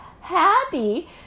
happy